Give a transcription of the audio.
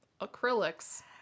acrylics